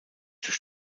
durch